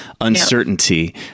uncertainty